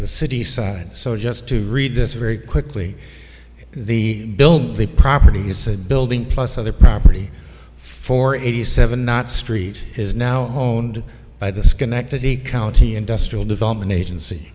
the city side so just to read this very quickly the build the property he said building plus other property for eighty seven not street is now honed by the schenectady county industrial development agency